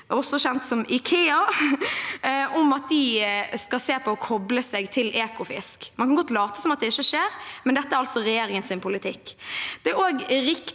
også kjent som IKEA – om at de skal se på å koble seg til Ekofisk. Man kan godt late som at det ikke skjer, men dette er altså regjeringens politikk.